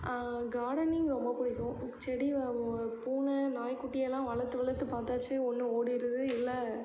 gardening ரொம்ப பிடிக்கும் செடி பூனை நாய் குட்டி எல்லாம் வளர்த்து வளர்த்து பார்த்தாச்சி ஒன்று ஓடிடுது இல்லை